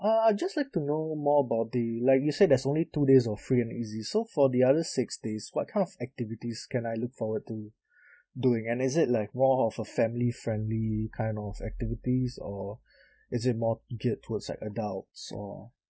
uh I just like to know more about the like you say there's only two days of free and easy so for the other six days what kind of activities can I look forward to doing and is it like more of a family friendly kind of activities or is it more geared towards like adults or